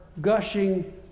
gushing